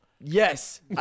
Yes